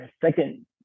Second